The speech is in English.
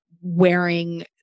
wearing